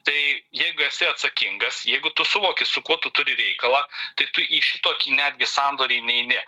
tai jeigu esi atsakingas jeigu tu suvoki su kuo tu turi reikalą tai tu į šitokį netgi sandorį neini